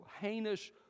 heinous